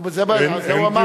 את זה הוא אמר.